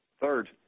Third